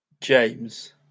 James